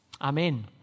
Amen